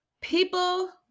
people